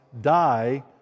die